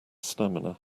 stamina